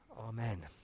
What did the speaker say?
Amen